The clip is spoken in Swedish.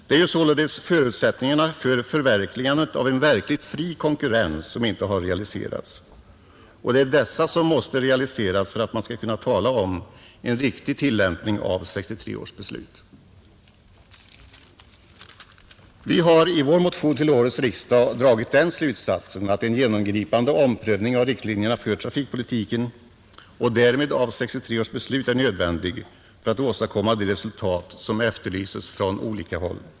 Det är således förutsättningarna för förverkligandet av en verkligt fri konkurrens som inte har realiserats, och det är dessa som måste realiseras för att man skall kunna tala om en riktig tillämpning av 1963 års beslut. I vår motion till årets riksdag har vi dragit den slutsatsen, att en genomgripande omprövning av riktlinjerna för trafikpolitiken och där med av 1963 års beslut är nödvändig för att åstadkomma de resultat som efterlyses från olika håll.